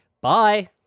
bye